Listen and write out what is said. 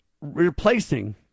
replacing